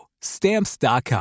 Stamps.com